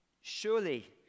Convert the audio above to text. surely